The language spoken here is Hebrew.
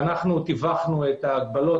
אנחנו תיווכנו את ההגבלות.